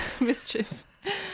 Mischief